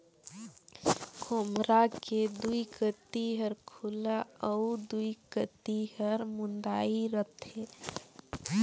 खोम्हरा के दुई कती हर खुल्ला अउ दुई कती हर मुदाए रहथे